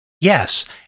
Yes